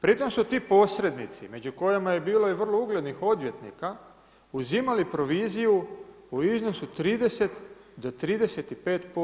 Pritom su ti posrednici među kojima je bilo i vrlo uglednih odvjetnika, uzimali proviziju u iznosu od 30 do 35%